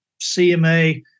CMA